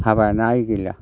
हाबायानो आय गैला